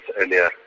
earlier